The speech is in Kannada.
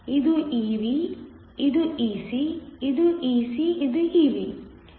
ಇದು Ev ಇದು Ec ಇದು Ec ಇದು Ev